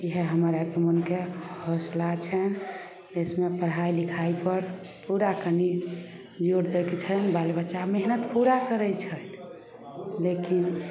इएह हमर आरके मोनके हौसला छनि देशमे पढ़ाइ लिखाइ पर पूरा कनि जोर दैके छनि बाल बच्चा मेहनत पूरा करै छथि लेकिन